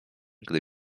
gdy